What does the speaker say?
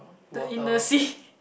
the in the sea